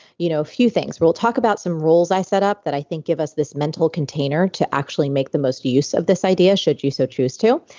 you know few things, we'll talk about some rules i set up that i think give us this mental container to actually make the most use of this idea, should you so choose to.